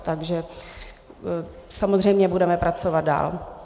Takže samozřejmě budeme pracovat dál.